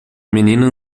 menina